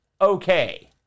okay